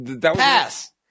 Pass